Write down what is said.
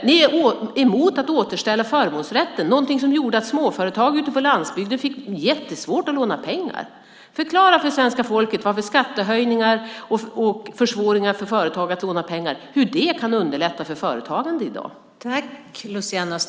Ni är emot att återställa förmånsrätten, det som gjorde att småföretag på landsbygden fick jättesvårt att låna pengar. Förklara för svenska folket hur skattehöjningar och försvåringar för företag att låna pengar kan underlätta för företagandet.